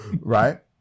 Right